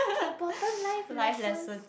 important life lessons